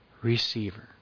receiver